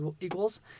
equals